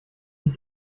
die